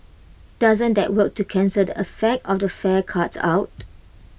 doesn't that work to cancel the effect of the fare cuts out